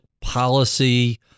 policy